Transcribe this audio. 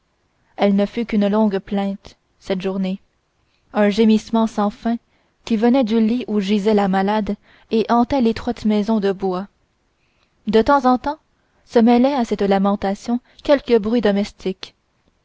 elle ne fut qu'une longue plainte cette journée un gémissement sans fin qui venait du lit où gisait la malade et hantait l'étroite maison de bois de temps en temps se mêlait à cette lamentation quelque bruit domestique